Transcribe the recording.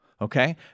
Okay